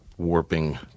warping